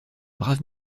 brave